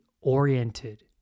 oriented